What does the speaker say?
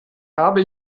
habe